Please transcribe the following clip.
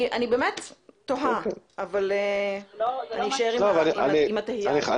אני באמת תוהה אבל אני אשאר עם התהייה שלי.